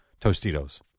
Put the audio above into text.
Tostitos